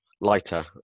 lighter